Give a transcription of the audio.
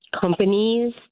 companies